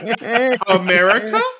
America